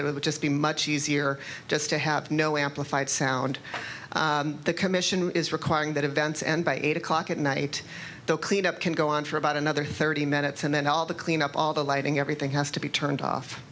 would just be much easier just to have no amplified sound the commission is requiring that events and by eight o'clock at night the cleanup can go on for about another thirty minutes and then all the cleanup all the lighting everything has to be turned